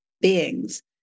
beings